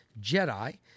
Jedi